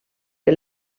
que